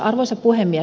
arvoisa puhemies